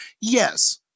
Yes